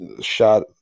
shot